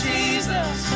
Jesus